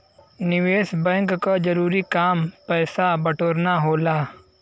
निवेस बैंक क जरूरी काम पैसा बटोरना होला